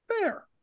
fair